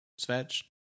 Svetch